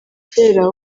kera